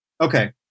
Okay